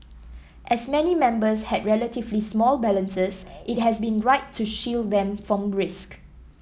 as many members had relatively small balances it has been right to shield them from risk